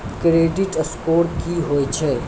Credit score की होय छै?